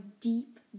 deep